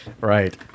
Right